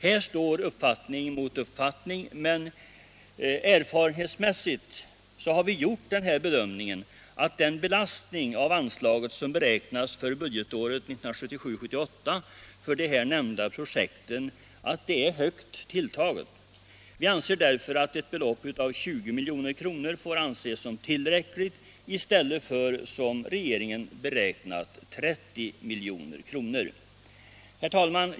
Här står uppfattning mot uppfattning. På grundval av våra erfarenheter har vi gjort bedömningen att den belastning av anslaget som beräknas för budgetåret 1977/78 för de här nämnda projekten är högt tilltagen. Regeringen har alltså räknat med 30 milj.kr. Ett belopp av 20 milj.kr. får anses som tillräckligt. Herr talman!